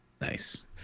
Nice